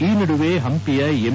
ಈ ನಡುವೆ ಪಂಪಿಯ ಎಂ